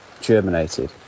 germinated